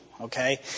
okay